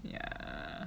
yeah